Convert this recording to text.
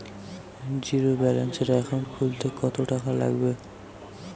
জিরোব্যেলেন্সের একাউন্ট খুলতে কত টাকা লাগবে?